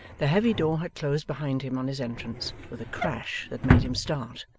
the heavy door had closed behind him on his entrance, with a crash that made him start.